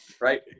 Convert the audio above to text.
right